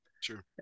sure